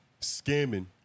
scamming